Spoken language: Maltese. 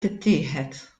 tittieħed